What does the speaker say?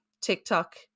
TikTok